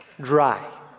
dry